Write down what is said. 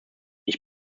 ich